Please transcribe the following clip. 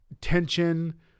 tension